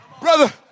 Brother